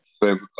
favorite